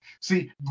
See